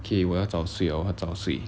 okay 我要早睡哦我要早睡